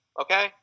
okay